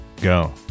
go